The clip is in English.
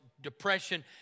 depression